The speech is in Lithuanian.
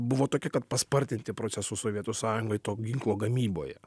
buvo tokia kad paspartinti procesus sovietų sąjungoj to ginklo gamyboje